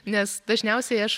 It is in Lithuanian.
nes dažniausiai aš